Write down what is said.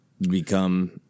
become